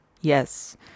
yes